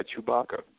Chewbacca